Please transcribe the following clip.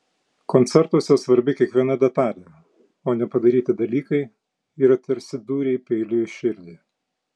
koncertuose svarbi kiekviena detalė o nepadaryti dalykai yra tarsi dūriai peiliu į širdį